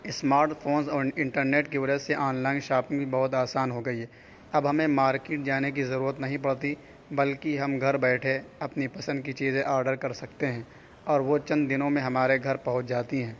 smart phones اور internet کی وجہ سے آنلائن شاپنگ بھی بہت آسان ہو گئی ہے اب ہمیں مارکیٹ جانے کی ضرورت نہیں پڑتی بلکہ ہم گھر بیٹھے اپنی پسند کی چیزیں آڈر کر سکتے ہیں اور وہ چند دنوں میں ہمارے گھر پہنچ جاتی ہیں